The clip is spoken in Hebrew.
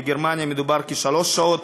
בגרמניה מדובר בשלוש שעות,